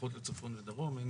פחות לצפון ולדרום.